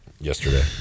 Yesterday